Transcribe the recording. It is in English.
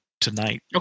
tonight